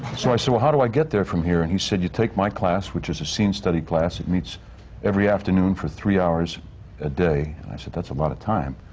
so i said, well, how do i get there from here? and he said, you take my class, which is a scene study class. it meets every afternoon for three hours a day. and i said, that's a lot of time,